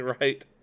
Right